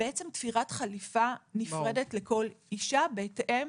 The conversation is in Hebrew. זו בעצם תפירת חליפה נפרדת ואינדיבידואלית לכל אישה בהתאם